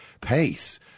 pace